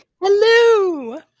Hello